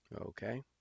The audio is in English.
okay